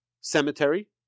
cemetery